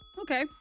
Okay